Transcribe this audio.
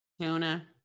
Tuna